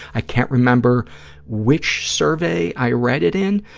i can't remember which survey i read it in,